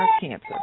cancer